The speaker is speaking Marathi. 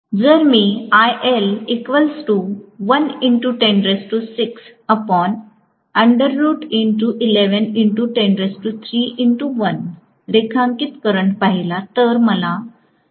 जर मी रेखांकित करंट पहिला